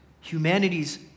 humanity's